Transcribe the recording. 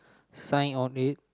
sign on it